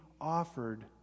offered